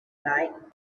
night